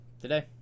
today